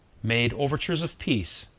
made overtures of peace,